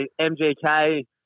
MGK